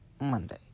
Monday